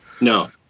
no